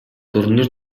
турнир